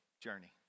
journey